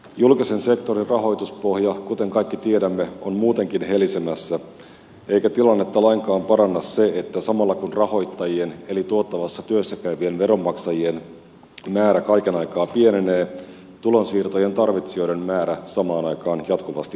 julkisen sektorin rahoituspohja kuten kaikki tiedämme on muutenkin helisemässä eikä tilannetta lainkaan paranna se että samalla kun rahoittajien eli tuottavassa työssä käyvien veronmaksajien määrä kaiken aikaa pienenee tulonsiirtojen tarvitsijoiden määrä samaan aikaan jatkuvasti kasvaa